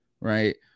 right